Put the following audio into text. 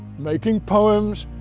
making poems,